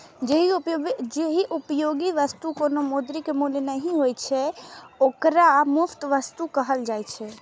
जाहि उपयोगी वस्तुक कोनो मौद्रिक मूल्य नहि होइ छै, ओकरा मुफ्त वस्तु कहल जाइ छै